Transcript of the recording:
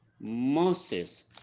Moses